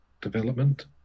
development